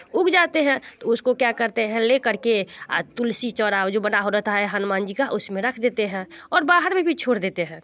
उग जाते हैं तो उसको क्या करते हैं लेकर के तुलसी चौराओ जो बना हो रहता है हनुमान जी का उस में रख देते हैं और बाहर में भी छोड़ देते हैं